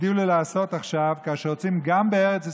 הגדילו לעשות עכשיו כאשר רוצים גם בארץ ישראל,